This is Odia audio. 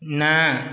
ନା